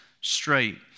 straight